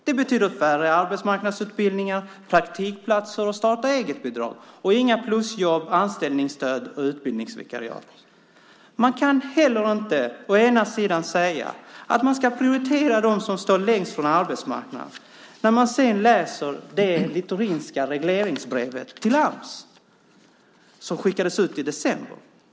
Det betyder färre arbetsmarknadsutbildningar, praktikplatser och starta-eget-bidrag och inga plusjobb, anställningsstöd och utbildningsvikariat. Man kan inte heller säga att man ska prioritera dem som står längst från arbetsmarknaden när man skriver som man gör i det Littorinska regleringsbrevet till Ams som skickades ut i december.